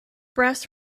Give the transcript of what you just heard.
brass